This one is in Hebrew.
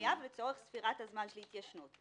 החייב לצורך ספירת התיישנות.